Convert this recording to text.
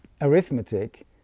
arithmetic